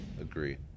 Agree